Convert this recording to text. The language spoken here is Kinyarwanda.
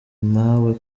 mpawe